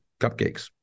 cupcakes